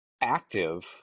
active